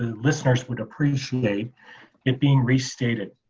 and listeners would appreciate it being restated